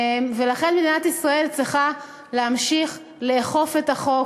ולכן מדינת ישראל צריכה להמשיך לאכוף את החוק,